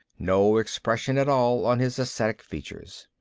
no expression at all on his ascetic features.